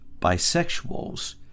bisexuals